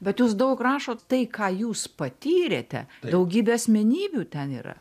bet jūs daug rašot tai ką jūs patyrėte daugybė asmenybių ten yra